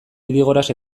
idigoras